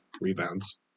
rebounds